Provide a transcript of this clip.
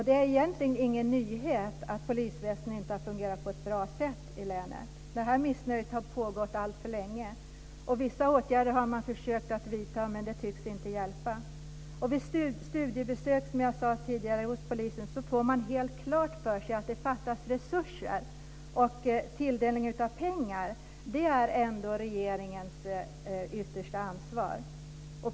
Det är egentligen ingen nyhet att polisväsendet inte har fungerat på ett bra sätt i länet. Det här missnöjet har funnits alltför länge. Vissa åtgärder har man försökt att vidta, men det tycks inte hjälpa. Vid studiebesök hos polisen får man, som jag sade tidigare, helt klart för sig att det fattas resurser. Tilldelningen av pengar är ändå regeringens yttersta ansvar.